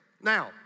Now